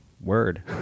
word